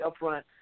upfront